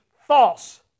False